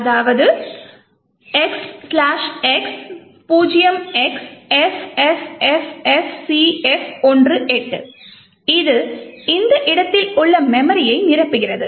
எனவே gdb xx 0xFFFFCF18 இது இந்த இடத்தில் உள்ள மெமரியை நிரப்புகிறது